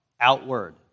outward